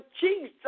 Jesus